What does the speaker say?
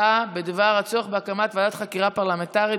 בדבר הצורך בהקמת ועדת חקירה פרלמנטרית